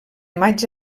maig